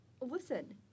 listen